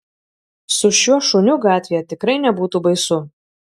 su šiuo šuniu gatvėje tikrai nebūtų baisu